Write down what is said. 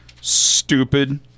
Stupid